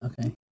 okay